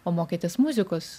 o mokėtės muzikos